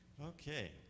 Okay